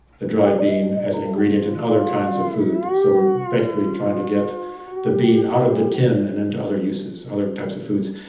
the dry bean as an ingredient in other kinds of food, so we're basically trying to get the bean out of the tin and into other uses, other types of foods,